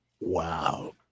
Wow